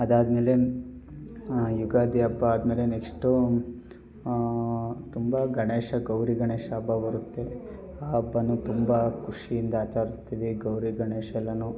ಅದಾದ್ಮೇಲೆ ಯುಗಾದಿ ಹಬ್ಬ ಆದಮೇಲೆ ನೆಕ್ಸ್ಟು ತುಂಬ ಗಣೇಶ ಗೌರಿ ಗಣೇಶ ಹಬ್ಬ ಬರುತ್ತೆ ಆ ಹಬ್ಬವೂ ತುಂಬ ಖುಷಿಯಿಂದ ಆಚರಿಸ್ತೀವಿ ಗೌರಿ ಗಣೇಶ ಎಲ್ಲವೂ